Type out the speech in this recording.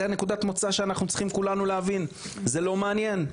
זה נקודת המוצא שאנחנו צריכים כולנו להבין זה לא מעניין.